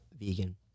vegan